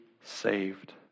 saved